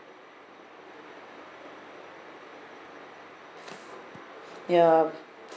ya